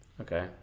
Okay